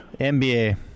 NBA